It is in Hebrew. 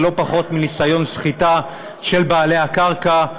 לא פחות מניסיון סחיטה של בעלי הקרקע,